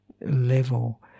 level